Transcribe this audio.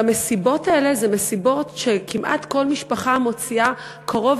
המסיבות האלה הן מסיבות שבהן כמעט כל משפחה מוציאה קרוב